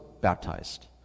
baptized